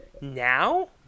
now